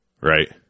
Right